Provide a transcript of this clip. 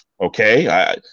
okay